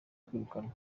kwirukanwa